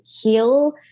heal